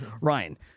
Ryan